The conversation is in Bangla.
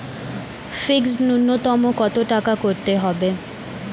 ফিক্সড নুন্যতম কত টাকা করতে হবে?